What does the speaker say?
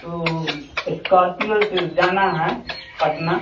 वह स्कॉर्पियो से जाना है पटना